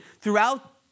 throughout